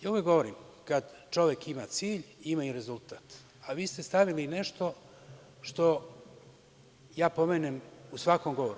Uvek govorim – kad čovek ima cilj, ima i rezultat, a vi ste stavili nešto što ja pomenem u svakom govoru.